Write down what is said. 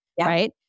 right